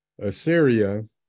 Assyria